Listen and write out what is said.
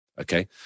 okay